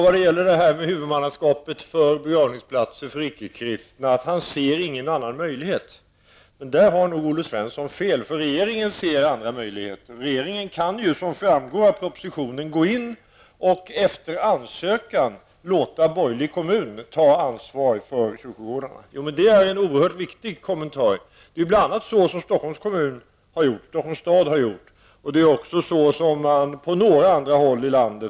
Vad gäller huvudmannaskapet för begravningsplatser för icke kristna säger han sig inte se någon annan möjlighet. Där har nog Olle Svensson fel, därför att regeringen ser andra möjligheter. Den kan, som framgår av propositionen, låta borgerlig kommun som ansöker därom ta ansvar för kyrkogårdarna. Det är en oerhört viktig kommentar. Så har exempelvis Stockholms stad gjort, och det har man också gjort på några andra håll i landet.